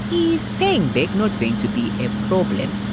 is paying back not going to be a problem?